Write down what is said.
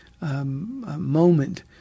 moment